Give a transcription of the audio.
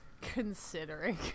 considering